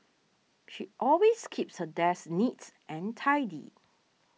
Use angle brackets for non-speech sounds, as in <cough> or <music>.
she always keeps her desk <unintelligible> and tidy